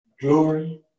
glory